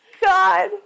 God